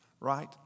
right